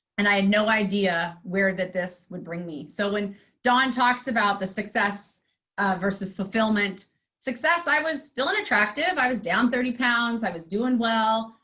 and i had no idea where that this would bring me. so when dawn talks about the success versus fulfillment success, i was feeling attractive. i was down thirty pounds. i was doing well,